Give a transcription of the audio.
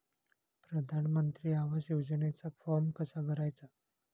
प्रधानमंत्री आवास योजनेचा फॉर्म कसा भरायचा?